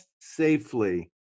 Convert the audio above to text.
safely